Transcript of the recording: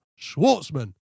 Schwartzman